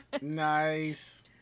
Nice